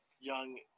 young